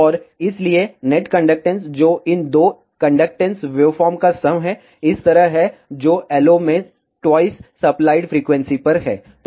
और इसलिए net conductance जो इन दो कंडक्टेन्स वेवफॉर्मों का सम है इस तरह है और जो LO में ट्वाइस सप्लाइड फ्रीक्वेंसी पर है